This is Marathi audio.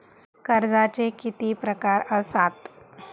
कर्जाचे किती प्रकार असात?